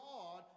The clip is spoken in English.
God